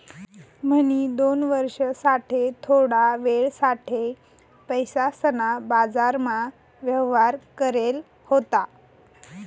म्हणी दोन वर्ष साठे थोडा वेळ साठे पैसासना बाजारमा व्यवहार करेल होता